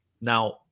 now